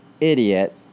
idiot